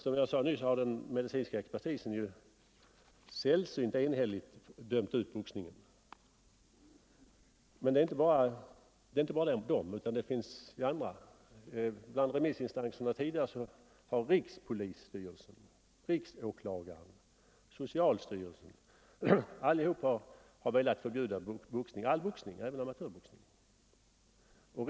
Som jag nyss sade har den medicinska expertisen sällsynt enhälligt dömt ut boxningen. Men även andra remissinstanser, rikspolisstyrelsen, riksåklagaren och socialstyrelsen, har tidigare velat förbjuda boxningssporten, också amatörboxningen.